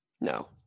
No